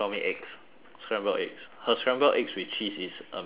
scrambled eggs her scrambled eggs with cheese is amazeballs